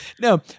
No